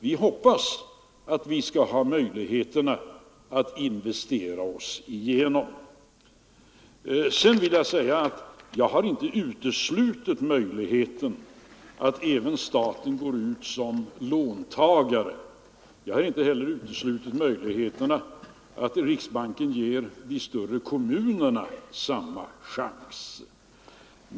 Vi hoppas att vi skall ha möjligheter att investera oss igenom underskottet i bytesbalansen. Vidare vill jag säga att jag inte uteslutit möjligheten att staten även går ut som låntagare. Inte heller har jag uteslutit möjligheten att riksbanken ger de större kommunerna samma chans.